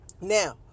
now